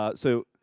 ah so.